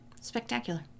Spectacular